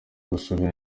gusubira